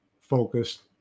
focused